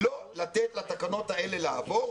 לא לתת לתקנות האלה לעבור,